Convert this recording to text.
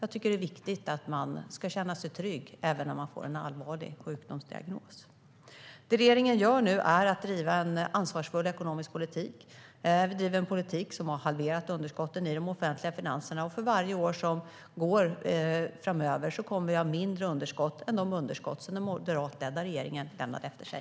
Jag tycker att det är viktigt att man ska känna sig trygg även när man får en allvarlig sjukdomsdiagnos. Regeringen driver nu en ansvarsfull ekonomisk politik. Vi driver en politik som har halverat underskotten i de offentliga finanserna. Och för varje år som går kommer vi att ha ett mindre underskott än det som den moderatledda regeringen lämnade efter sig.